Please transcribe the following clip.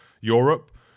Europe